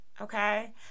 Okay